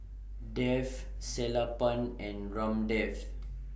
Dev Sellapan and Ramdev